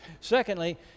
Secondly